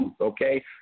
Okay